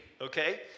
okay